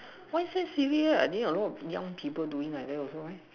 why so serious I mean a lot of young people doing like that also right